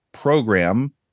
program